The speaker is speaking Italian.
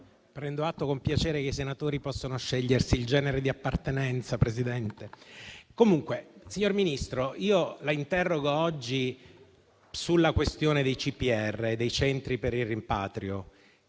prendo atto con piacere che i senatori possono scegliersi il genere di appartenenza. Signor Ministro, io la interrogo oggi sulla questione dei CPR, i centri per il rimpatrio,